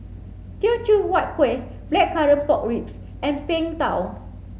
Teochew Huat Kueh blackcurrant pork ribs and Png Tao